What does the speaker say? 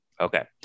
Okay